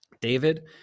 David